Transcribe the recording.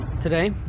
Today